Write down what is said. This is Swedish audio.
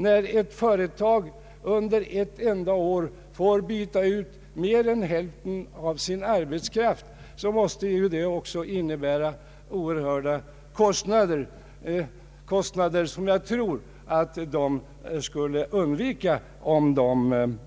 När ett företag under ett enda år får byta ut mer än hälften av sin arbetskraft måste det också innebära oerhörda kostnader, som skulle kunna undvikas om företagen